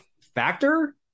factor